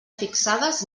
fixades